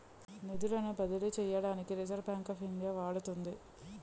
నిధులను బదిలీ చేయడానికి రిజర్వ్ బ్యాంక్ ఆఫ్ ఇండియా వాడుతుంది